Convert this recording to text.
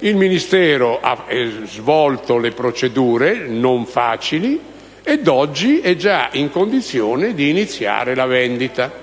Il Ministero ha svolto le procedure - non facili - e oggi è già in condizione di iniziare la vendita.